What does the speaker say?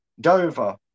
Dover